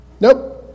Nope